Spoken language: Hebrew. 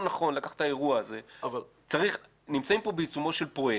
נכון לקחת את האירוע הזה נמצאים פה בעיצומו של פרויקט,